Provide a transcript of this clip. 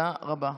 תודה רבה.